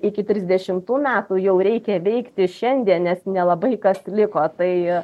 iki trisdešimtų metų jau reikia veikti šiandien nes nelabai kas liko tai